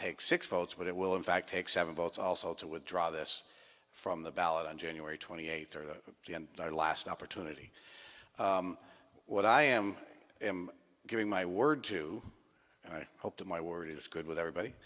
take six votes but it will in fact take seven votes also to withdraw this from the ballot on january twenty eighth or the last opportunity what i am giving my word to and i hope to my word is good with everybody